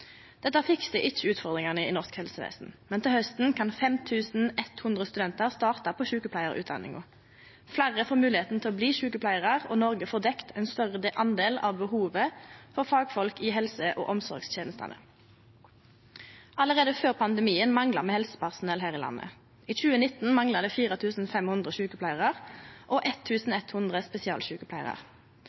Dette fikser ikkje utfordringane i det norske helsevesenet, men til hausten kan 5 100 studentar starte på sjukepleiarutdanninga. Fleire får moglegheit til å bli sjukepleiar, og Noreg får dekt ein større del av behovet for fagfolk i helse- og omsorgstenestene. Allereie før pandemien mangla me helsepersonell her i landet. I 2019 mangla det 4 500 sjukepleiarar og 1 100 spesialsjukepleiarar.